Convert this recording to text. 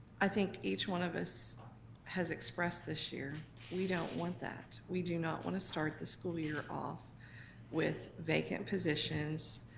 i think each one of us has expressed this year we don't want that. we do not want to start the school year off with vacant positions.